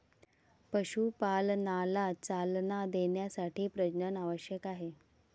पशुपालनाला चालना देण्यासाठी प्रजनन आवश्यक आहे